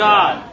God